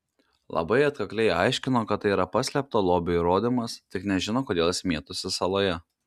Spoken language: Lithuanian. labai atkakliai aiškino kad tai yra paslėpto lobio įrodymas tik nežino kodėl jis mėtosi saloje